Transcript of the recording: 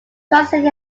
translated